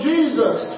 Jesus